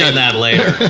and that later.